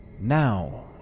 Now